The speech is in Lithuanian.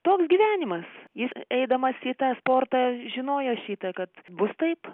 toks gyvenimas jis eidamas į tą sportą žinojo šitą kad bus taip